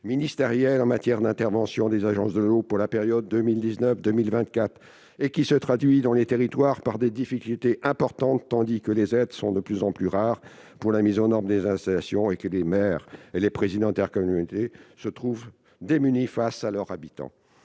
ministérielles en matière d'intervention des agences de l'eau pour la période 2019-2024. Dans les territoires, cela se traduit par des difficultés importantes, tandis que les aides sont de plus en plus rares pour la mise aux normes des installations et que les maires ou les présidents d'intercommunalités se retrouvent démunis face à leurs habitants.